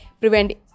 prevent